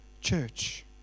church